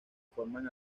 forman